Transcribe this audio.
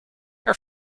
our